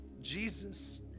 Jesus